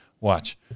Watch